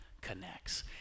connects